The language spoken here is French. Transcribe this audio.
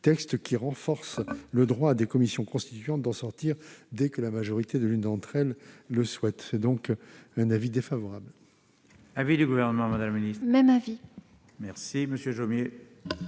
qui renforce le droit des commissions constituantes d'en sortir, dès lors que la majorité de l'une d'entre elles le souhaite. L'avis est donc défavorable.